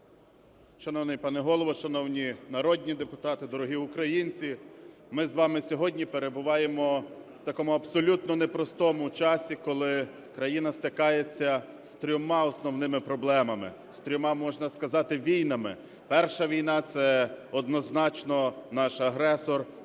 Шановний пане Голово, шановні народні депутати, дорогі українці! Ми з вами сьогодні перебуваємо в такому абсолютно непростому часі, коли країна стикається з трьома основними проблемами, з трьома, можна сказати, війнами. Перша війна – це однозначно наш агресор,